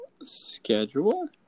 schedule